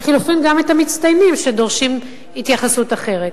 לחלופין גם את המצטיינים, שדורשים התייחסות אחרת.